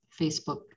Facebook